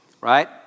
right